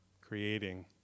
creating